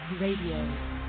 RADIO